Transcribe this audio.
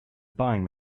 buying